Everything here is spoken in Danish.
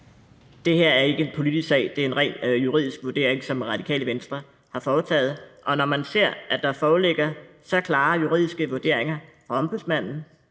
Det her er ikke en politisk sag. Det er en rent juridisk vurdering, som Radikale Venstre har foretaget, og når man ser, at der foreligger så klare juridiske vurderinger fra Ombudsmanden,